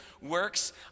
works